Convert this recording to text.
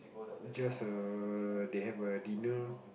just a they have a dinner